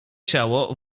ciało